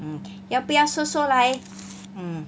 mm 要不要说说来